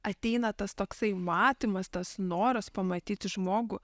ateina tas toksai matymas tas noras pamatyti žmogų